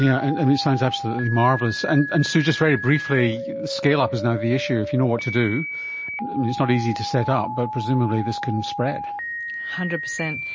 yeah and and it sounds absolutely marvellous. and and sue, just very briefly, scale-up is now the issue. if you know what to do, it's not easy to set up, but presumably this can spread. one hundred percent,